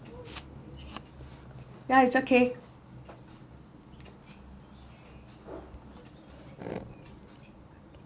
ya it's okay